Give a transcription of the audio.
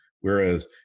whereas